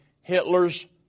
Hitler's